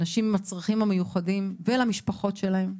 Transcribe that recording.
אנשים עם הצרכים המיוחדים ולמשפחות שלהם?